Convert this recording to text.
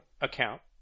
account